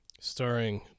starring